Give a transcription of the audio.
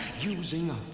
using